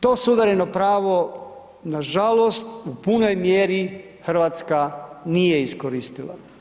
To suvereno pravo nažalost u punoj mjeri Hrvatska nije iskoristila.